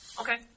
Okay